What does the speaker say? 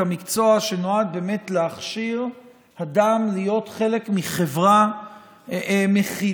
מקצוע שנועד באמת להכשיר אדם להיות חלק מחברה מכילה,